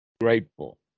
Grateful